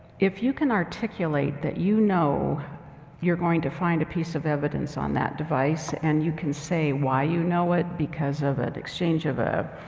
if you can articulate that you know you're going to find a piece of evidence on that device and you can say why you know it because of an exchange of a,